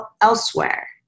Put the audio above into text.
elsewhere